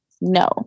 no